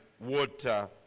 water